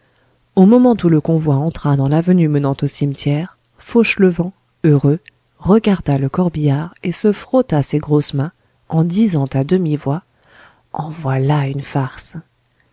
au moment où le convoi entra dans l'avenue menant au cimetière fauchelevent heureux regarda le corbillard et se frotta ses grosses mains en disant à demi-voix en voilà une farce